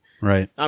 Right